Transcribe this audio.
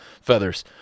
feathers